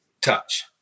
touch